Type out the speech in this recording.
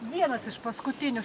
vienas iš paskutinių